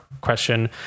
question